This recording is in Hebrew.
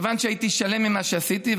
כיוון שהייתי שלם עם מה שעשיתי,